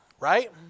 Right